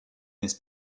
this